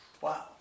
Wow